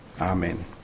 Amen